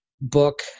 book